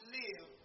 live